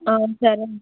ఆ సరే అండి